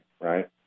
right